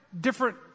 different